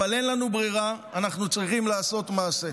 אבל אין לנו ברירה, אנחנו צריכים לעשות מעשה.